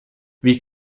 wie